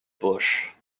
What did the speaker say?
bush